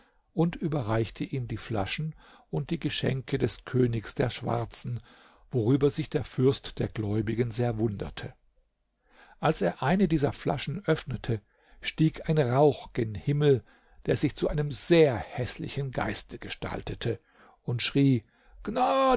und überreichte ihm die flaschen und die geschenke des königs der schwarzen worüber sich der fürst der gläubigen sehr wunderte als er eine dieser flaschen öffnete stieg ein rauch gen himmel der sich zu einem sehr häßlichen geiste gestaltete und schrie gnade